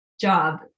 job